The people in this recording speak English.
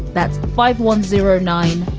that's five one zero nine.